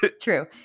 True